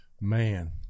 Man